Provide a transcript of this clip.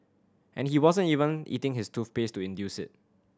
and he wasn't even eating his toothpaste to induce it